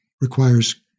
requires